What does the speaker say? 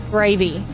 Gravy